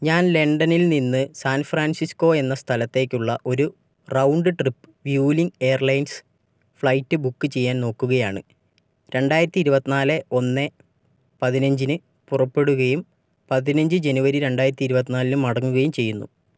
ഞാൻ ലണ്ടനിൽനിന്ന് San Francisco എന്ന സ്ഥലത്തേക്കുള്ള ഒരു round trip Vueling airlines flight book ചെയ്യാൻ നോക്കുകയാണ് രണ്ടായിരത്തി ഇരുപത്തിനാല് ഒന്ന് പതിനഞ്ചിന് പുറപ്പെടുകയും പതിനഞ്ച് ജനുവരി രണ്ടായിരത്തി ഇരുപത്തിനാലിന് മടങ്ങുകയും ചെയ്യുന്നു